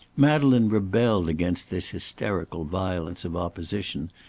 madeleine rebelled against this hysterical violence of opposition,